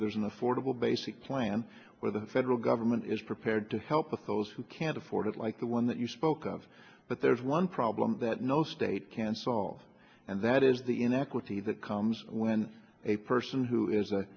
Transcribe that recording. there's an affordable basic plan where the federal government is prepared to help of those who can't afford it like the one that you spoke of but there's one problem that no state can solve and that is the inequity that comes when a person who is a